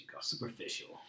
Superficial